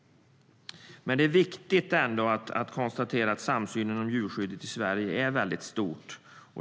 Det är ändå viktigt att konstatera att samsynen om djurskyddet i Sverige är stort.